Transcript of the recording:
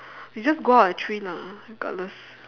we just go out at three lah regardless